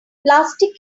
plastic